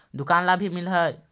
दुकान ला भी मिलहै?